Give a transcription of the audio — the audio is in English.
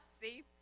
See